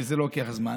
זה לוקח זמן.